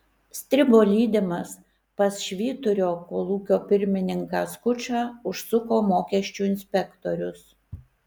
stribo lydimas pas švyturio kolūkio pirmininką skučą užsuko mokesčių inspektorius